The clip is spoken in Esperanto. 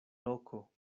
loko